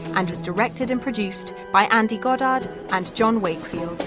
and directed and produced by andy goddard and john wakefield